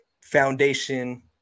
foundation